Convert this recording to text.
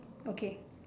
okay